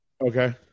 Okay